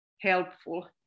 helpful